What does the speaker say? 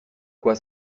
quoi